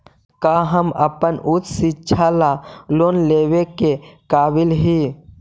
का हम अपन उच्च शिक्षा ला लोन लेवे के काबिल ही?